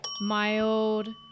mild